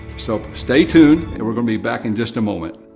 so, stay tuned, and we're going to be back in just a moment.